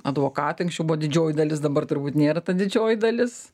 advokatai anksčiau buvo didžioji dalis dabar turbūt nėra ta didžioji dalis